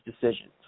decisions